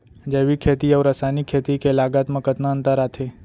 जैविक खेती अऊ रसायनिक खेती के लागत मा कतना अंतर आथे?